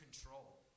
control